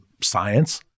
science